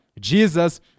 Jesus